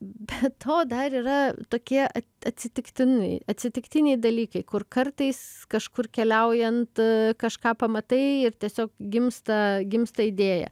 be to dar yra tokie atsitiktinai atsitiktiniai dalykai kur kartais kažkur keliaujant kažką pamatai ir tiesiog gimsta gimsta idėja